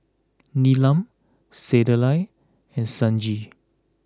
Neelam Sunderlal and Sanjeev